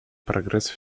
прогресс